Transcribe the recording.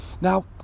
Now